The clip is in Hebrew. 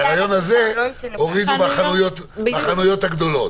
את הרעיון הזה הורידו בחנויות הגדולות,